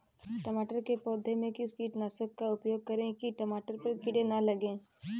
टमाटर के पौधे में किस कीटनाशक का उपयोग करें कि टमाटर पर कीड़े न लगें?